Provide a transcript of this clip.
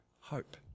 hope